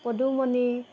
Padumoni